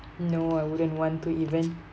no I wouldn't want to even